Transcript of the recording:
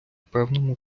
певному